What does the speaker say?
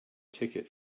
ticket